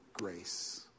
grace